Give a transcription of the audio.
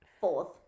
Fourth